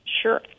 Sure